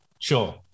Sure